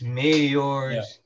mayors